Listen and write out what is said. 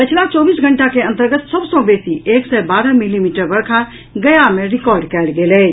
पछिला चौबीस घंटा के अन्तर्गत सभ सँ बेसी एक सय बारह मिलीमीटर वर्षा गया मे रिकॉर्ड कयल गेल अछि